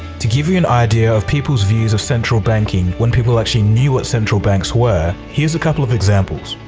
to give you an idea of people's views of central banking when people actually knew what central banks were, here's a couple of examples.